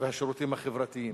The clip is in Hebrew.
והשירותים החברתיים,